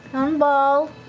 yarnball,